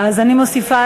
אז אני מוסיפה,